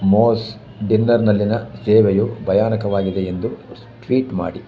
ಮೋಸ್ ಡಿನ್ನರ್ನಲ್ಲಿನ ಸೇವೆಯು ಭಯಾನಕವಾಗಿದೆ ಎಂದು ಟ್ವೀಟ್ ಮಾಡಿ